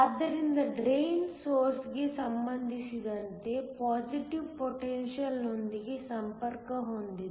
ಆದ್ದರಿಂದ drain source ಗೆ ಸಂಬಂಧಿಸಿದಂತೆ ಪಾಸಿಟಿವ್ ಪೊಟೆನ್ಶಿಯಲ್ ನೊಂದಿಗೆ ಸಂಪರ್ಕ ಹೊಂದಿದೆ